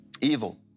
Evil